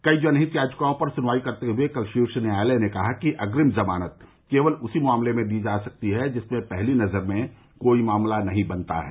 कई जनहित याचिकाओं पर सुनवाई करते हुए कल शीर्ष न्यायालय ने कहा कि अग्रिम जमानत केवल उसी मामले में दी जा सकती है जिनमें पहली नजर में कोई मामला नहीं बनता है